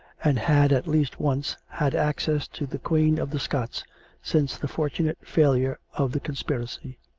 and had at least once had access to the queen of the scots since the fortunate failure of the conspiracy.